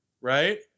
right